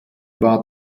war